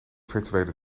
virtuele